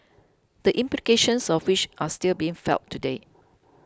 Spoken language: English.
the implications of which are still being felt today